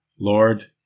Lord